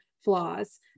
flaws